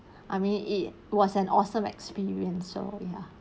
I mean it was an awesome experience so ya